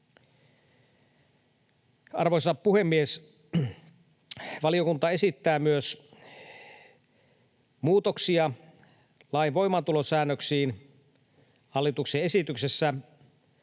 Arvoisa puhemies! Valiokunta esittää myös muutoksia lain voimaantulosäännöksiin. Hallituksen esityksessä